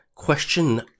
question